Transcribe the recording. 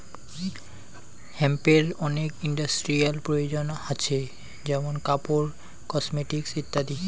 হেম্পের অনেক ইন্ডাস্ট্রিয়াল প্রয়োজন হাছে যেমন কাপড়, কসমেটিকস ইত্যাদি